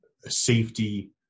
safety